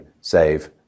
save